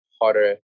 harder